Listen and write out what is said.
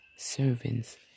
Servants